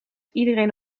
iedereen